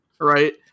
Right